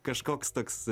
kažkoks toks